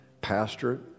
pastorate